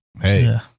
hey